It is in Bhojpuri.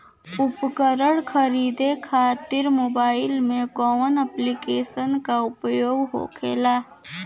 उपकरण खरीदे खाते मोबाइल में कौन ऐप्लिकेशन का उपयोग होखेला?